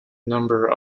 number